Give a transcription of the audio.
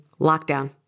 lockdown